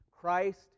Christ